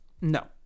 No